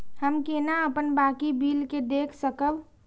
हम केना अपन बाकी बिल के देख सकब?